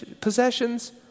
possessions